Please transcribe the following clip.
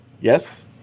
Yes